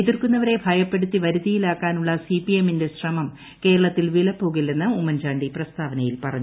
എതിർക്കുന്നവരെ ഭയപ്പെടുത്തി വരുതിയിലാക്കാനുള്ള സിപിഎമ്മിന്റെ ശ്രമം കേരളത്തിൽ വിലപ്പോകില്ലെന്ന് ഉമ്മൻ ചാണ്ടി പ്രസ്താവനയിൽ പറഞ്ഞു